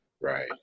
Right